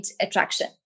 attraction